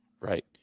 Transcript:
right